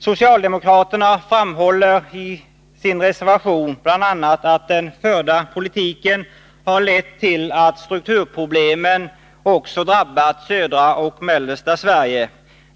Socialdemokraterna framhåller i sin reservation bl.a. att den förda politiken harlett till att strukturproblemen också drabbat södra och mellersta Sverige.